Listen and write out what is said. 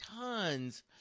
tons